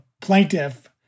plaintiff